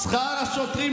שכר השוטרים,